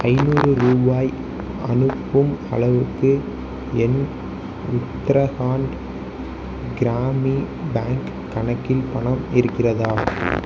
ஐநூறு ரூபாய் அனுப்பும் அளவுக்கு என் உத்தரகாண்ட் கிராமின் பேங்க் கணக்கில் பணம் இருக்கிறதா